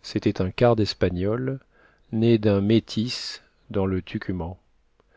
c'était un quart d'espagnol né d'un métis dans le